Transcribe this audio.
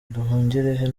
nduhungirehe